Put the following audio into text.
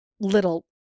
little